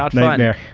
um nightmare.